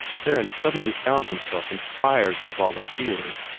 theron suddenly found himself inspired to volunteer.